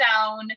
down